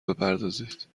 بپردازید